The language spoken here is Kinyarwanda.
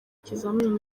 ikizamini